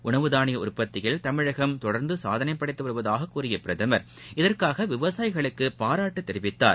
உணவு தானிய உற்பத்தியில் தமிழகம் தொடர்ந்து சாதனை படைத்து வருவதாக கூறிய பிரதமர் இதற்காக விவசாயிகளுக்கு பாராட்டு தெரிவித்தார்